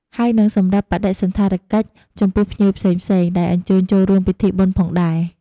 ហើយនិងសម្រាប់បដិសណ្ឋារកិច្ចចំពោះភ្ញៀវផ្សេងៗ ដែលអញ្ជើញចូលរួមពិធីបុណ្យផងដែរ។